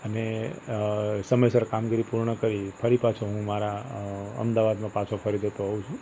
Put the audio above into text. અને અ સમયસર કામગીરી પૂર્ણ કરી ફરી પાછો હું મારા અ અમદાવાદમાં પાછો ફરી જતો હોઉં છું